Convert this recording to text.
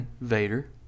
Vader